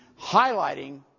highlighting